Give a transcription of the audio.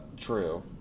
true